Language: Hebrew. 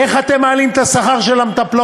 איך אתם מעלים את שכר המטפלות?